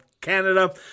Canada